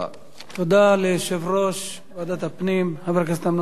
תודה ליושב-ראש ועדת הפנים חבר הכנסת אמנון כהן.